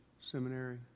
seminary